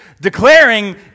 Declaring